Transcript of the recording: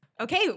Okay